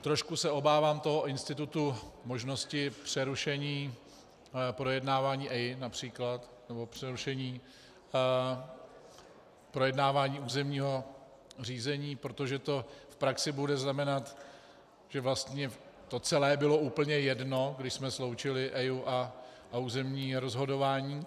Trošku se obávám toho institutu možnosti přerušení projednávání EIA například nebo přerušení projednávání územního řízení, protože to bude v praxi znamenat, že vlastně to celé bylo úplně jedno, když jsme sloučili EIA a územní rozhodování.